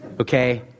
okay